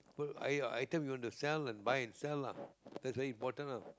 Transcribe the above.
per i~ item you want to sell and buy and sell lah that's very important ah